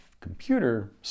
computer